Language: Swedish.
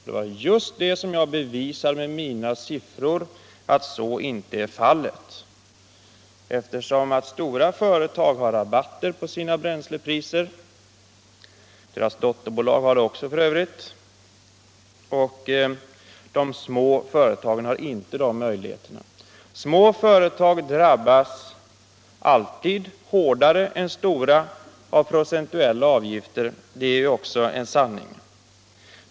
Med mina siffror bevisade jag att just detta inte är fallet, eftersom de stora företagen har rabatter på sina bränslepriser — deras dotterföretag har f.ö. också det —-, men de små företagen har inte dessa möjligheter. Små företag drabbas alltid hårdare än stora när det gäller procentuella avgifter, det är ju också en sanning.